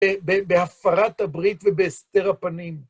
בהפרת הברית ובהסתר הפנים.